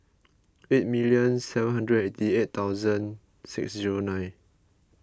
eight minute seven hundred and eighty eight thousand six zero nine